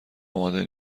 آماده